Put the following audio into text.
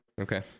okay